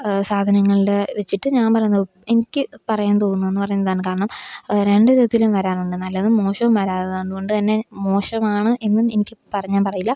സാധനങ്ങളുടെ വെച്ചിട്ട് ഞാൻ പറയുന്നത് എനിക്ക് പറയാൻ തോന്നുന്നതെന്ന് പറയുന്നത് ഇതാണ് കാരണം രണ്ട് വിധത്തിലും വരാറുണ്ട് നല്ലതും മോശവും വരാറ് അതുകൊണ്ട് തന്നെ മോശമാണ് എന്നും എനിക്ക് പറ ഞാൻ പറയില്ല